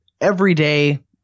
everyday